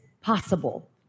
possible